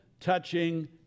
touching